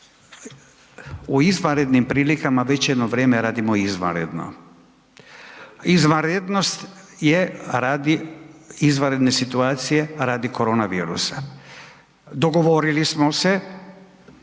U izvanrednim prilikama već jedno vrijeme radimo izvanredno. Izvanrednost je radi izvanredne situacije radi korona virusa, dogovorili smo se